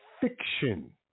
fiction